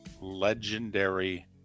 Legendary